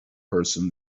person